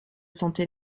santé